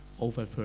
over